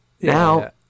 Now